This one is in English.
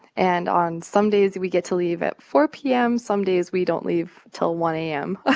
and on some days, we get to leave at four p m. some days, we don't leave till one a m. ah